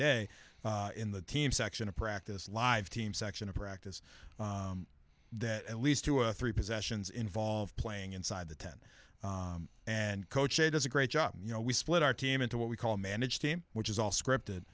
day in the team section a practice live team section a practice that at least two or three possessions involved playing inside the ten and coach a does a great job you know we split our team into what we call a managed team which is all scripted